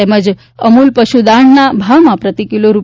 તેમજ અમૂલ પશુદાણના ભાવમાં પ્રતિ કિલો રૂ